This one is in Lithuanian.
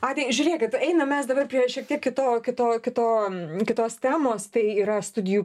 adai žiūrėkit einam mes dabar prie šiek tiek kito kito kito kitos temos tai yra studijų